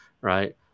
Right